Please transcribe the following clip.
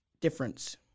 difference